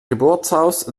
geburtshaus